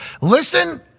listen